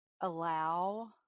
allow